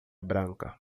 branca